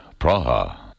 Praha